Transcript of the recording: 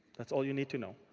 that's all you need to know.